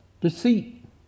deceit